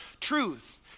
truth